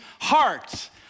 hearts